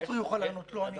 עופר יוכל לענות, לא אני.